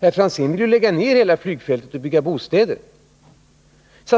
herr Franzén ville lägga ned hela flygfältet och bygga bostäder där.